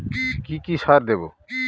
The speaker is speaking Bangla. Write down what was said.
কি কি সার দেবো?